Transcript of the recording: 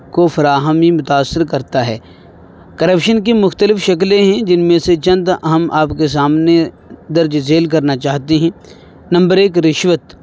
کو فراہمی متأثر کرتا ہے کرپشن کی مختلف شکلیں ہیں جن میں سے چند اہم آپ کے سامنے درج ذیل کرنا چاہتے ہیں نمبر ایک رشوت